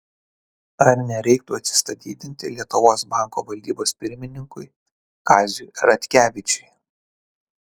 ar nereiktų atsistatydinti lietuvos banko valdybos pirmininkui kaziui ratkevičiui